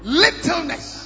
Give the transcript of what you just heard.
littleness